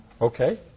Okay